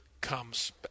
comes